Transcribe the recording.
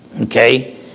Okay